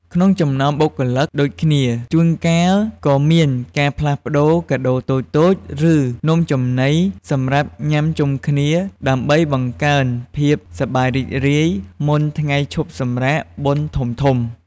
ក្នុងចំណោមបុគ្គលិកដូចគ្នា ជួនកាលក៏មានការផ្លាស់ប្ដូរ កាដូរតូចៗ ឬ នំចំណី សម្រាប់ញ៉ាំជុំគ្នា ដើម្បីបង្កើនភាពសប្បាយរីករាយមុនថ្ងៃឈប់សម្រាកបុណ្យធំៗ។